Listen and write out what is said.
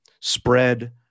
spread